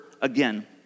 again